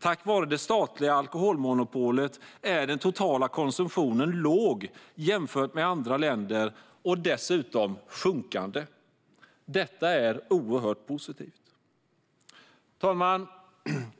Tack vare det statliga alkoholmonopolet är den totala konsumtionen låg jämfört med andra länder och dessutom sjunkande. Det är oerhört positivt. Fru talman!